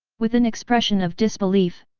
with an expression of disbelief,